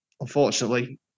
Unfortunately